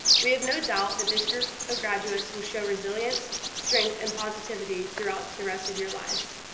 we have no doubt that this group of graduates will show resilience, strength and positivity throughout the rest of your lives.